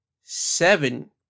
seven